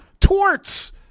torts